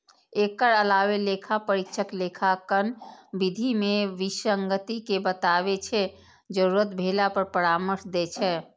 एकर अलावे लेखा परीक्षक लेखांकन विधि मे विसंगति कें बताबै छै, जरूरत भेला पर परामर्श दै छै